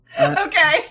Okay